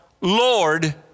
Lord